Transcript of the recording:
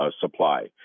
supply